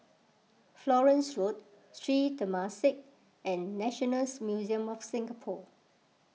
Florence Road Sri Temasek and Nationals Museum of Singapore